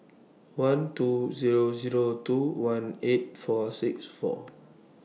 one two Zero Zero two one eight four six four